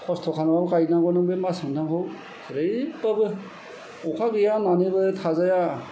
खस्त' खालामनानै गायनांगौ बे मास मोनथामखौ जेरैबाबो अखा गैया होननानैबो थाजाया